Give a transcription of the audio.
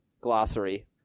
glossary